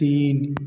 तीन